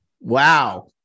Wow